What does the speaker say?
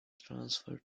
transferred